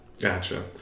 Gotcha